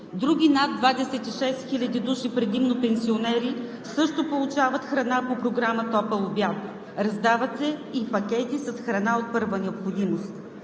други над 26 хиляди души, предимно пенсионери, също получават храна по Програма „Топъл обяд“, раздават се и пакети с храна от първа необходимост.